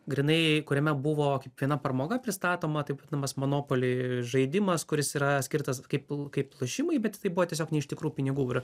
grynai kuriame buvo kaip viena pramoga pristatoma taip vadinamas monopolį žaidimas kuris yra skirtas kaip kaip lošimai bet tai buvo tiesiog ne iš tikrų pinigų ir